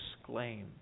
exclaim